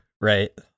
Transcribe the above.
Right